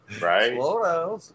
Right